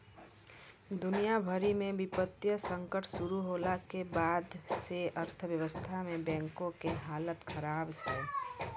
दुनिया भरि मे वित्तीय संकट शुरू होला के बाद से अर्थव्यवस्था मे बैंको के हालत खराब छै